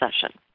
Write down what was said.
session